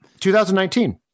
2019